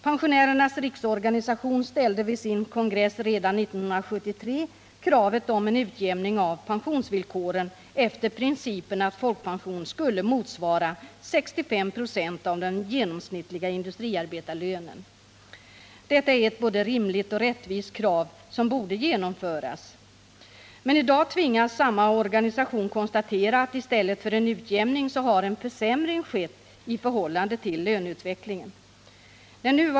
Pensionärernas riksorganisation ställde redan vid sin kongress 1973 kravet på en utjämning av pensionsvillkoren efter principen att folkpensionen skulle motsvara 65 96 av den genomsnittliga industriarbetarlönen. Detta är ett både rimligt och rättvist krav, som borde genomföras. Men i dag tvingas samma organisation konstatera att i stället för en utjämning har en försämring skett i förhållande till löneutvecklingen.